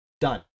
done